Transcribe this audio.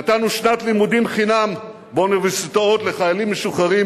נתנו שנת לימודים חינם לחיילים משוחררים